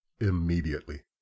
immediately